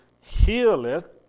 healeth